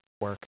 work